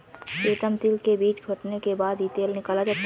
प्रीतम तिल के बीज फटने के बाद ही तेल निकाला जाता है